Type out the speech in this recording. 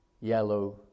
yellow